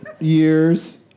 Year's